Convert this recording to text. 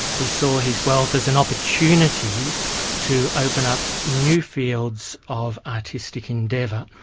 he saw his wealth as an opportunity to open up new fields of artistic endeavour.